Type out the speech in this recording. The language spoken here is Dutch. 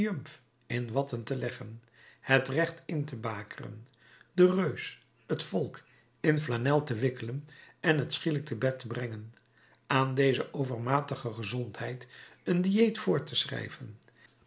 triumf in watten te leggen het recht in te bakeren den reus het volk in flanel te wikkelen en het schielijk te bed te brengen aan deze overmatige gezondheid een diëet voor te schrijven